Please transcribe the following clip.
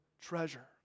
treasure